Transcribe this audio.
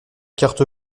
carte